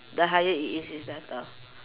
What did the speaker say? the higher it is is better